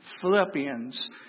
Philippians